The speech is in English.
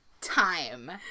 time